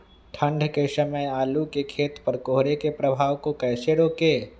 ठंढ के समय आलू के खेत पर कोहरे के प्रभाव को कैसे रोके?